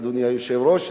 אדוני היושב-ראש,